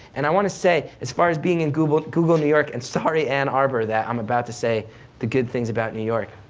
and i want to say, as far as being in google, google new york, and sorry ann arbor that i'm about to say the good things about new york.